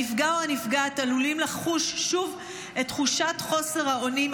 הנפגע או הנפגעת עלולים לחוש שוב את תחושת חוסר האונים,